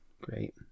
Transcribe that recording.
Great